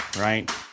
right